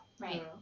Right